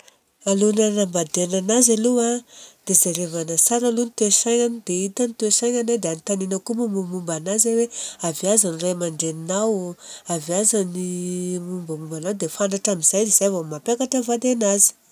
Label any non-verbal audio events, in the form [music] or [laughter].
Alohan'ny hanambadianana anazy aloha dia jerevana tsara aloha ny toe-tsaignany. Dia hita ny toe-tsaignany dia agnontaniana koa ny mombamomba anazy hoe avy aiza ny ray aman-dreninao, avy aiza ny [hesitation] mombamomba anao dia fantatra amizay izy dia mampiakatra vady anazy.